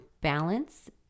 balance